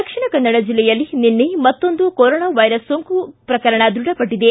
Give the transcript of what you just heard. ದಕ್ಷಿಣ ಕನ್ನಡ ಜಿಲ್ಲೆಯಲ್ಲಿ ನಿನ್ನೆ ಮತ್ತೊಂದು ಕೊರೋನಾ ವೈರಸ್ ಸೋಂಕು ದೃಢಪಟ್ಟದೆ